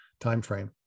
timeframe